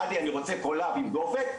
עדי אני רוצה 'קולב עם דופק',